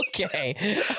okay